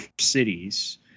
cities